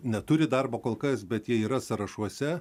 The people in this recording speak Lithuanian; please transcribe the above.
neturi darbo kol kas bet jie yra sąrašuose